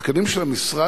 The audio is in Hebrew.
התקנים של המשרד,